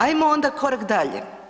Ajmo onda korak dalje.